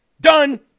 done